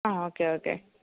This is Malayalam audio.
ആ ഓക്കെയോക്കെ